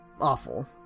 awful